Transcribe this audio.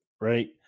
right